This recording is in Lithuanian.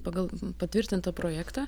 pagal patvirtintą projektą